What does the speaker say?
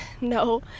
No